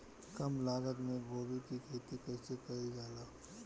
कम लागत मे गोभी की खेती कइसे कइल जाला?